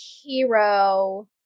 hero